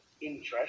interest